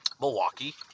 Milwaukee